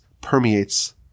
permeates